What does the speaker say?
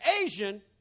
Asian